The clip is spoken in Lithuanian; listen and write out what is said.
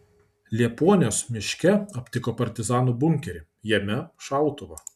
liepuonius miške aptiko partizanų bunkerį jame šautuvą